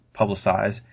publicize